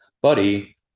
buddy